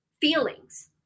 feelings